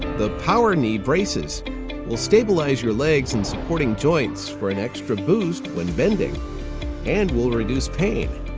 the powerknee braces will stabilize your legs and supporting joints for an extra boost when bending and will reduce pain.